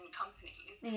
companies